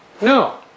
No